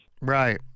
Right